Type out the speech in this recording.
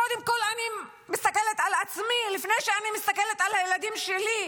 קודם כול אני מסתכלת על עצמי לפני שאני מסתכלת על הילדים שלי,